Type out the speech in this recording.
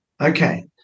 Okay